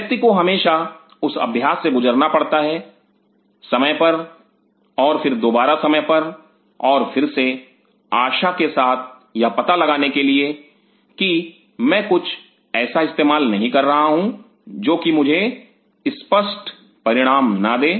व्यक्ति को हमेशा उस अभ्यास से गुजरना पड़ता है समय पर और फिर दोबारा समय पर और फिर से आशा के साथ यह पता लगाने के लिए कि मैं कुछ ऐसा इस्तेमाल नहीं कर रहा हूं जो कि मुझे स्पष्ट परिणाम न दे